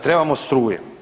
Trebamo struju.